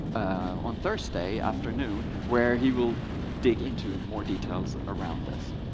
on thursday afternoon, where he will dig into more details around this.